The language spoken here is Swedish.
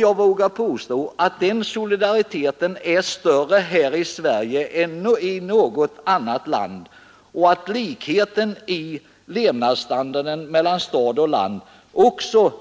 Jag vågar påstå att den solidariteten är större här i Sverige än i något annat land och att levnadsstandarden i städer och på landsbygd också